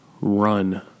run